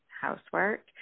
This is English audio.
housework